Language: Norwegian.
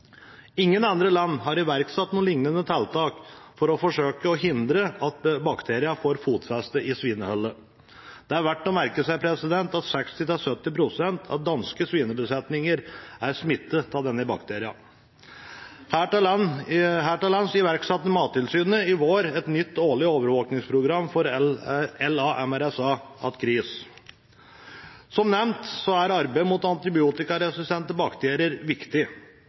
Ingen andre land har iverksatt lignende tiltak for å forsøke å hindre at bakterien får fotfeste i svineholdet. Det er verdt å merke seg at 60–70 pst. av danske svinebesetninger er smittet av denne bakterien. Her til lands iverksatte Mattilsynet i vår et nytt årlig overvåkingsprogram for LA-MRSA på gris. Som nevnt er arbeidet mot antibiotikaresistente bakterier viktig,